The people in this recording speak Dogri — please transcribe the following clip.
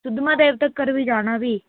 सुद्ध महादेव तक्कर बी जाना भी